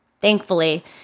Thankfully